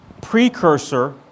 precursor